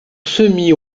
semis